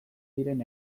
diren